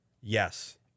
Yes